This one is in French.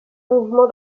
mouvement